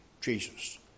Jesus